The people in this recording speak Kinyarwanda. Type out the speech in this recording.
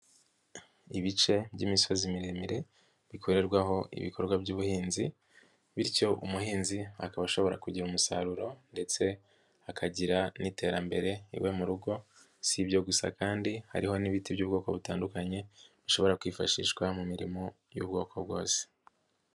Ibice by'imisozi miremire bikorerwaho ibikorwa by'ubuhinzi bityo umuhinzi akaba ashobora kugira umusaruro ndetse akagira n'iterambere iwe mu rugo, si ibyo gusa kandi hariho n'ibiti by'ubwoko butandukanye bishobora kwifashishwa mu mirimo y'ubwoko bwose.